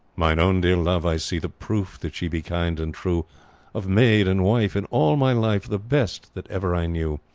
mine own dear love, i see the proof that ye be kind and true of maid, and wife, in all my life, the best that ever i knew.